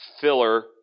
filler